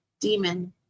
Demon